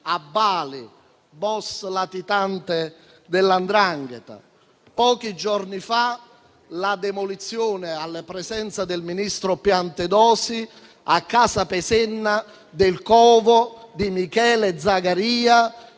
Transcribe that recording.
a Bali, *boss* latitante della 'ndrangheta. Ricordo anche, pochi giorni fa, la demolizione, alla presenza del ministro Piantedosi, a Casapesenna, del covo di Michele Zagaria,